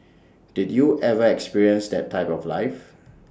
did you ever experience that type of life